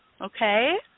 Okay